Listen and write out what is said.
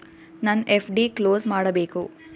ನನ್ನ FD close ಮಾಡಬೇಕು